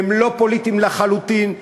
הם לא פוליטיים לחלוטין,